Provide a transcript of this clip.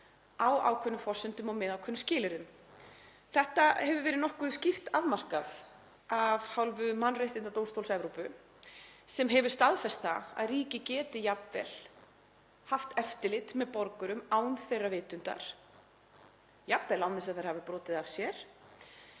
á ákveðnum forsendum og með ákveðnum skilyrðum. Þetta hefur verið nokkuð skýrt afmarkað af hálfu Mannréttindadómstóls Evrópu sem hefur staðfest það að ríki geti jafnvel haft eftirlit með borgurum án þeirra vitundar, jafnvel án þess að þeir hafi brotið af sér.